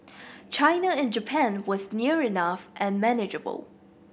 China and Japan was near enough and manageable